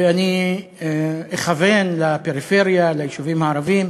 ואני אכוון לפריפריה, ליישובים הערביים,